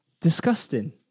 Disgusting